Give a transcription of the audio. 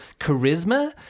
charisma